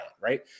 right